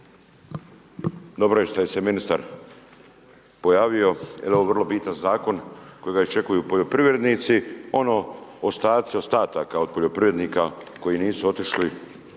dobro je što se ministar pojavio jer je ovo vrlo bitan zakon kojega iščekuju poljoprivrednici. Ono ostaci ostataka od poljoprivrednika koji nisu otišli